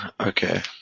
Okay